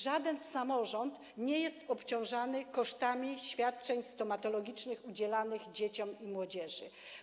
Żaden samorząd nie jest obciążany kosztami świadczeń stomatologicznych udzielanych dzieciom i młodzieży.